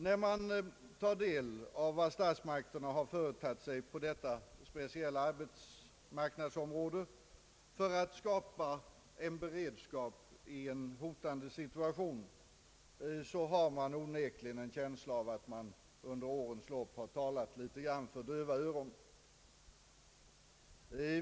När man tar del av vad statsmakterna företagit på detta speciella arbetsmarknadsområde för att skapa en beredskap i en hotande situation får jag onekligen en känsla av att under årens lopp ha talat för döva öron.